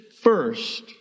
first